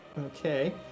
Okay